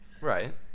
Right